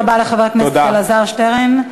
תודה רבה לחבר הכנסת אלעזר שטרן.